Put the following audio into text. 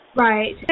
Right